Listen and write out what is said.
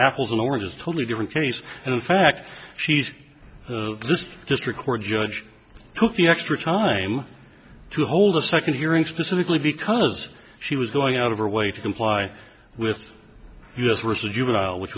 apples and oranges totally different case and in fact she's this district court judge took the extra time to hold a second hearing specifically because she was going out of her way to comply with us risa juvenile which